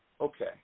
Okay